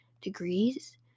degrees